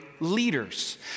leaders